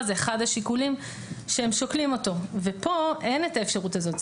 הוא אחד השיקולים שהם שוקלים אותו וכאן אין את האפשרות הזאת.